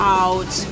out